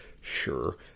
sure